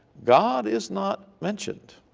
god is not mentioned